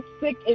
sick